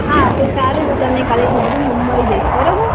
હા તો સારું હું તમને કાલે ત્યાં રૂબરૂ મળી જઈશ બરોબર